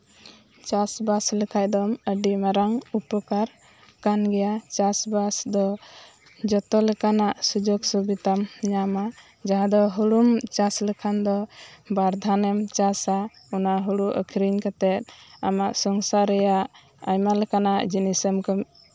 ᱪᱟᱥᱼᱵᱟᱥ ᱞᱮᱠᱷᱟᱡ ᱫᱚᱢ ᱟᱹᱰᱤ ᱢᱟᱨᱟᱝ ᱩᱯᱚᱠᱟᱨ ᱠᱟᱱ ᱜᱮᱭᱟ ᱪᱮᱥᱼᱵᱟᱥ ᱫᱚ ᱡᱚᱛᱚ ᱞᱮᱠᱟᱱᱟᱜ ᱥᱩᱡᱳᱜ ᱥᱩᱵᱤᱫᱷᱟᱢ ᱧᱟᱢᱟ ᱡᱟᱦᱟᱸ ᱫᱚ ᱦᱩᱲᱩᱢ ᱪᱟᱥ ᱞᱮᱠᱷᱟᱱ ᱫᱚ ᱵᱟᱨ ᱫᱷᱟᱣ ᱮᱢ ᱪᱟᱥᱟ ᱚᱱᱟ ᱦᱩᱲᱩ ᱟᱹᱠᱷᱨᱤᱧ ᱠᱟᱛᱮᱜ ᱟᱢᱟᱜ ᱥᱚᱝᱥᱟᱨ ᱨᱮᱭᱟᱜ ᱟᱭᱢᱟ ᱞᱮᱠᱟᱱᱟᱜ ᱡᱤᱱᱤᱥ ᱮᱢ